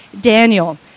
Daniel